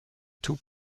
tout